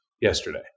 yesterday